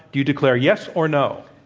do you declare yes or no?